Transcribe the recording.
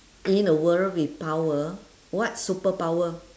in a world with power what superpower